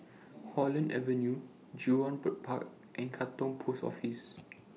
Holland Avenue Jurong Bird Park and Katong Post Office